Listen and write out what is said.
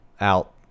out